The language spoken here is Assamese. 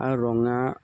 আৰু ৰঙা